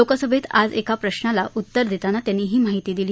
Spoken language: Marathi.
लोकसभेत आज एका प्रश्नाला उतर देताना त्यांनी ही माहिती दिली